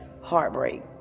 heartbreak